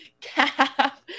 cap